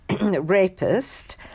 rapist